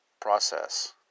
process